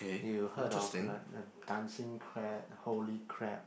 you heard of like like Dancing-Crab holy crab